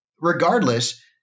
regardless